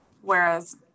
Whereas